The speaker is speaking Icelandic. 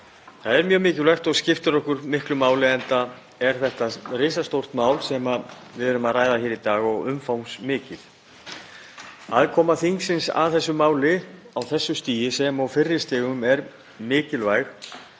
Það er mjög mikilvægt og skiptir okkur miklu máli, enda er þetta risastórt mál sem við erum að ræða hér í dag og umfangsmikið. Aðkoma þingsins að þessu máli á þessu stigi sem og á fyrri stigum er mikilvæg